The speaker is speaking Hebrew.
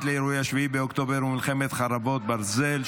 לאירועי 7 באוקטובר ומלחמת חרבות ברזל,